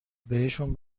بهشون